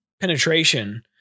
penetration